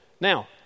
Now